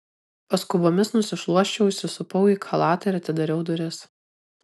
paskubomis nusišluosčiau įsisupau į chalatą ir atidariau duris